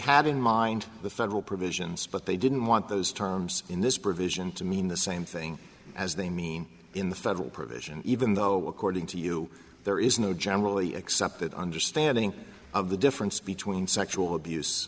had in mind the federal provisions but they didn't want those terms in this provision to mean the same thing as they mean in the federal provision even though according to you there is no generally accepted understanding of the difference between sexual abuse